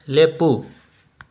ꯂꯦꯞꯄꯨ